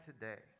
today